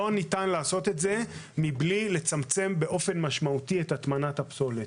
היא לא יכולה לעשות את זה מבלי לצמצם באופן משמעותי את הטמנת הפסולת.